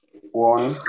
One